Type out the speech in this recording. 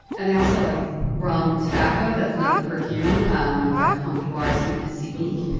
and i also like rum tobacco that's another perfume um by comptoir sud pacifique.